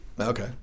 Okay